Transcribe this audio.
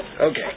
Okay